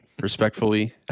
respectfully